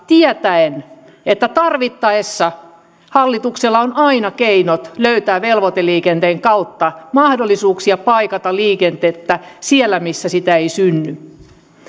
tietäen että tarvittaessa hallituksella on aina keinot löytää velvoiteliikenteen kautta mahdollisuuksia paikata liikennettä siellä missä sitä ei synny